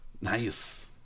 Nice